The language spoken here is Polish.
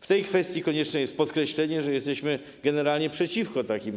W tej kwestii konieczne jest podkreślenie, że jesteśmy generalnie przeciwko takim